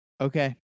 Okay